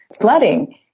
flooding